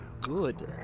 good